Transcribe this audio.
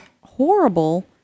horrible